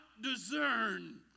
discern